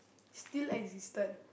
still existed